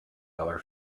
colour